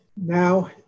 now